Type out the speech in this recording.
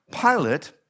Pilate